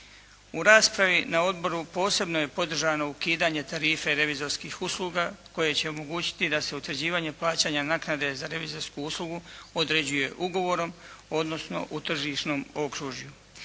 U raspravi na Odboru posebno je podržano ukidanje tarife revizorskih usluga koje će omogućiti da se utvrđivanje plaćanja naknade za revizorsku uslugu određuje ugovorom, odnosno u tržišnom okružju.